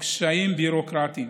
וקשיים ביורוקרטיים,